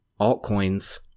altcoins